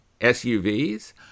SUVs